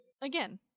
Again